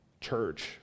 church